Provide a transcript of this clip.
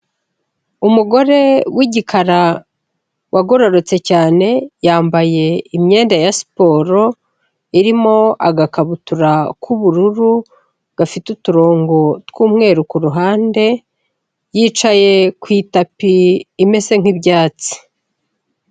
Umugore w'igikara wagororotse cyane yambaye imyenda ya siporo irimo agakabutura k'ubururu gafite uturongo tw'umweru ku ruhande, yicaye ku itapi imeze nk'ibyatsi.